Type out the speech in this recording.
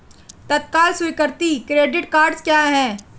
तत्काल स्वीकृति credit cards क्या हैं?